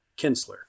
Kinsler